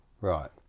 right